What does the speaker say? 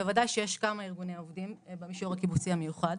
בוודאי שיש כמה ארגוני עובדים במישור הקיבוצי המיוחד.